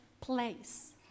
place